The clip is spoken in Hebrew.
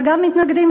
וגם מתנגדים,